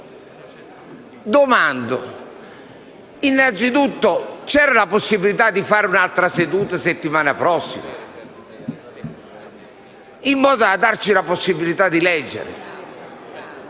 Chiedo se c'era la possibilità di fare un'altra seduta la settimana prossima, in modo da darci la possibilità di leggere.